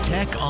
Tech